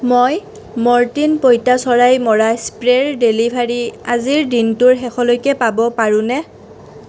মই মৰ্টিন পঁইতাচৰাই মৰা স্প্ৰেৰ ডেলিভাৰী আজিৰ দিনটোৰ শেষলৈকে পাব পাৰোঁনে